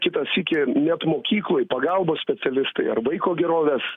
kitą sykį net mokykloj pagalbos specialistai ar vaiko gerovės